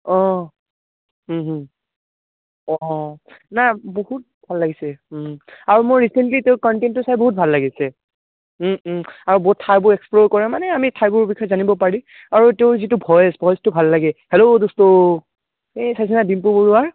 অ' অ' নাই বহুত ভাল লাগিছে আৰু মোৰ ৰিচেন্টলি তেওঁৰ কন্টেনটো চাই বহুত ভাল লাগিছে আৰু বহুত থাৰবোৰ এক্সপ্ল'ৰ কৰে মানে আমি ঠাইবোৰৰ বিষয়ে জানিব পাৰি আৰু যিটো ভইচ ভইচটো ভাল লাগে হেল্ল' দুষ্টু এ চাইচানে ডিম্পু বৰুৱা